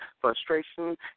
frustration